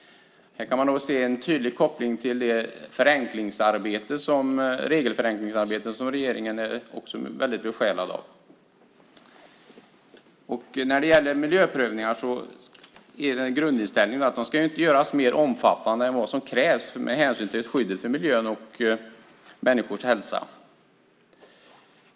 Här kan man se en tydlig koppling till det regelförenklingsarbete som regeringen är mycket besjälad av. När det gäller miljöprövningar är en grundinställning att de inte ska göras mer omfattande än vad som krävs med hänsyn till skyddet för miljön och människors hälsa.